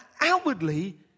outwardly